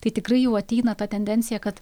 tai tikrai jau ateina ta tendencija kad